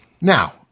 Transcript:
Now